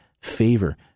favor